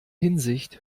hinsicht